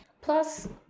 Plus